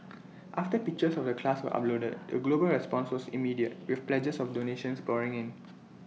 after pictures of the class were uploaded the global response immediate with pledges of donations pouring in